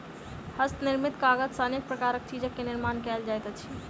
हस्त निर्मित कागज सॅ अनेक प्रकारक चीज के निर्माण कयल जाइत अछि